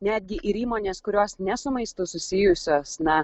netgi ir įmonės kurios ne su maistu susijusios na